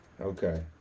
okay